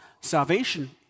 Salvation